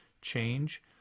change